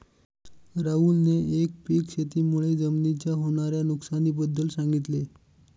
राहुलने एकपीक शेती मुळे जमिनीच्या होणार्या नुकसानी बद्दल सांगितले